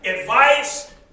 advice